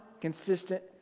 consistent